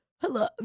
hello